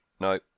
No